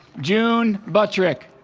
june buttrick